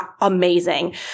amazing